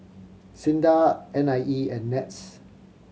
SINDA N I E and NETS